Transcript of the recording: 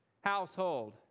household